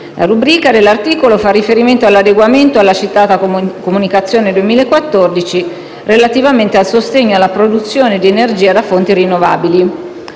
La rubrica dell'articolo fa riferimento all'adeguamento alla citata comunicazione 2014/C 200/01, relativamente al sostegno alla produzione di energia da fonti rinnovabili.